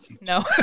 No